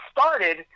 started